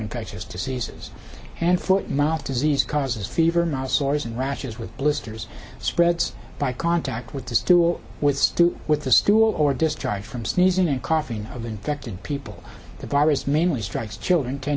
infectious diseases and foot and mouth disease causes fever not sars and rashes with blisters spreads by contact with the stew or with do with the stew or discharge from sneezing and coughing of infected people the bar is mainly strikes children ten